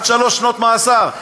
עד שלוש שנות מאסר,